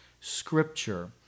Scripture